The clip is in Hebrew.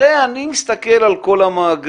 הרי אני מסתכל על כל המעגל,